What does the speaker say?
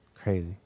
Crazy